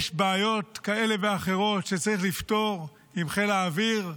יש בעיות כאלה ואחרות שצריך לפתור עם חיל האוויר,